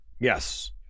Yes